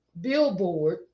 billboard